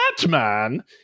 Batman